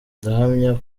ndahamya